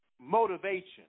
motivation